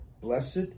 Blessed